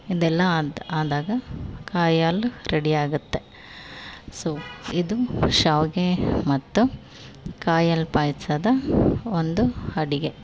ಇದೆಲ್ಲ ಆದ ಆದಾಗ ಕಾಯಿ ಹಾಲು ರೆಡಿ ಆಗುತ್ತೆ ಸೋ ಇದು ಶಾವಿಗೆ ಮತ್ತು ಕಾಯಿ ಹಾಲು ಪಾಯಸದ ಒಂದು ಅಡುಗೆ